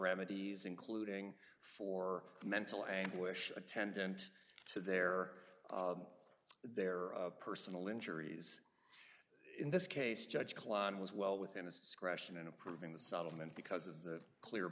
remedies including for mental anguish attendant to their their personal injuries in this case judge klein was well within his discretion in approving the settlement because of the clear